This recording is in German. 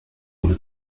wurde